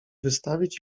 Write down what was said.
wystawić